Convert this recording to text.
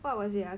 what was it ah